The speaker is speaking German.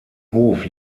hof